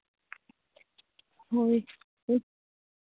ᱦᱳᱭ ᱦᱳᱭ